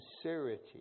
sincerity